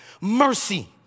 mercy